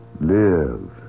Live